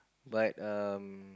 but um